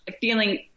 feeling